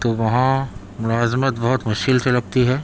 تو وہاں ملازمت بہت مشکل سے لگتی ہے